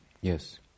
Yes